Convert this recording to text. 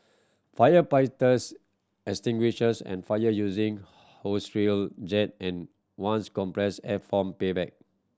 firefighters extinguishes the fire using hose reel jet and ones compressed air foam backpack